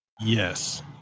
Yes